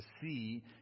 see